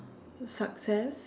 success